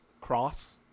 cross